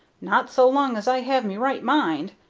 not so long as i have me right mind.